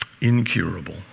incurable